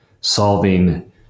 solving